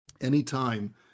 anytime